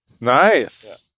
nice